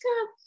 come